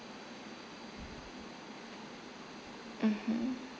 mmhmm